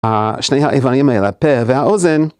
השני האיברים האלה, הפה והאוזן.